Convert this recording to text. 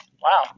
Wow